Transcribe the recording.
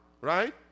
right